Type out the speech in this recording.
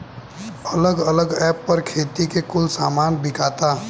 अलग अलग ऐप पर खेती के कुल सामान बिकाता